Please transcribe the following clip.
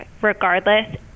regardless